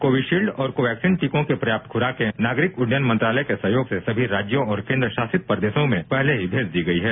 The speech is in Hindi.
कोविडशील्ड और कोवैक्सीन टीकों की पर्याप्त खुराके नागरिक उड्डयन मंत्रालय के सहयोग से समी राज्यों और केन्द्रशासित प्रदेशों में पहले ही भेज दी गई है